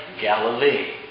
Galilee